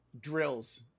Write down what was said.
Drills